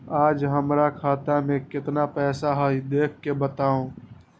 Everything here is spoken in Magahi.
आज हमरा खाता में केतना पैसा हई देख के बताउ?